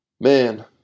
man